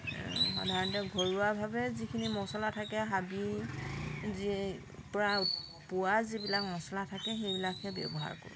সাধাৰণতে ঘৰুৱাভাৱে যিখিনি মছলা থাকে হাবি যে পৰা পোৱা যিবিলাক মছলা থাকে সেইবিলাকহে ব্যৱহাৰ কৰোঁ